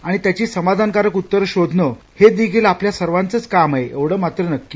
आणि त्याची समाधानकारक उत्तरं शोधणं हे देखील आपल्या सर्वांचं काम आहे एवढं मात्र नक्की